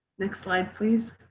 next slide please.